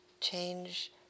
change